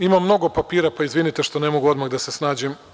Imam mnogo papira, pa izvinite što ne mogu odmah da se snađem.